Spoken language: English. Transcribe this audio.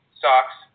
socks